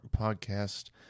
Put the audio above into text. Podcast